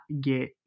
get